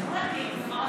זה היה בגלל הכיבוש.